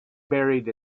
buried